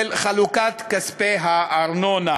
של חלוקת כספי הארנונה.